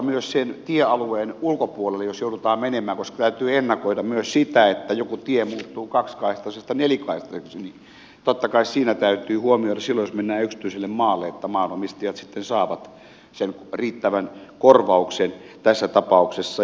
jos sen tiealueen ulkopuolelle joudutaan menemään täytyy ennakoida myös sitä että joku tie muuttuu kaksikaistaisesta nelikaistaiseksi ja totta kai siinä täytyy huomioida silloin jos mennään yksityiselle maalle että maanomistajat sitten saavat sen riittävän korvauksen tässä tapauksessa